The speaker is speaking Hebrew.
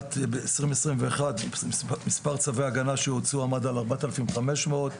ב-2021 מספר צווי ההגנה שהוצאו עמד על ארבעת אלפים חמש מאות,